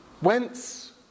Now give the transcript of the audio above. Whence